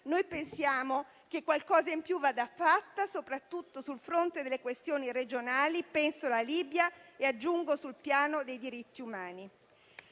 noi pensiamo che qualcosa in più vada fatto soprattutto sul fronte delle questioni regionali - penso alla Libia - e aggiungo sul piano dei diritti umani.